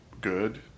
good